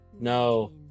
No